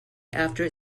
after